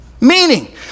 Meaning